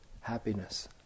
happiness